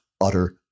utter